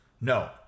no